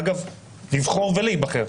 אגב, לבחור ולהיבחר.